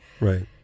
right